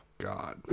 god